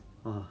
!wah!